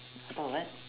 I thought what